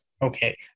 Okay